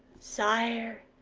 sire,